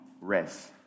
rest